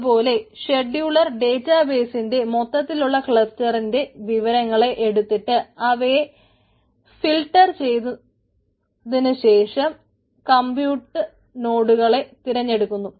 അതു പോലെ scheduler data ബെയിസിന്റെ മൊത്തത്തിലുള്ള ക്ലസ്റ്ററിന്റെ വിവരങ്ങളെ എടുത്തിട്ട് അവയെ ഫിൽട്ടർ ചെയ്തതിനു ശേഷം കംപ്യൂട്ട് നോടുകളെ തിരഞ്ഞെടുക്കുന്നു